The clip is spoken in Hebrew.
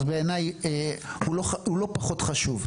אז בעיניי הוא לא פחות חשוב.